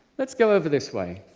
let's go over this way.